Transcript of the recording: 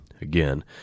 Again